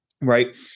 right